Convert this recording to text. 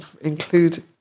include